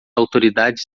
autoridades